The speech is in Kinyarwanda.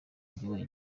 njye